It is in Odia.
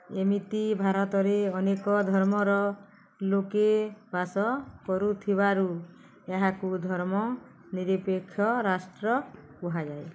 ଏମିତି ଭାରତରେ ଅନେକ ଧର୍ମର ଲୋକେ ବାସ କରୁଥିବାରୁ ଏହାକୁ ଧର୍ମ ନିରପେକ୍ଷ ରାଷ୍ଟ୍ର କୁହାଯାଏ